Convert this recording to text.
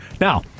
Now